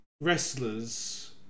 wrestlers